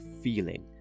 feeling